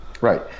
Right